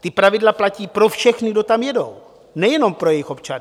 Ta pravidla platí pro všechny, kdo tam jedou, nejenom pro jejich občany.